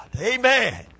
Amen